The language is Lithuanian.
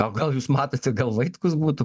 o gal jūs matote gal vaitkus būtų